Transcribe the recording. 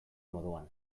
moduan